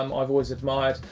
um i've always admired.